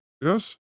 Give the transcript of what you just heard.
yes